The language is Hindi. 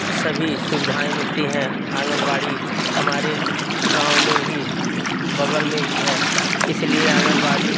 सभी सुविधाएं मिलती हैं आँगनबाड़ी हमारे गाँव में ही बगल में ही है इसलिए आँगनबाड़ी